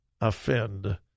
offend